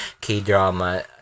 K-drama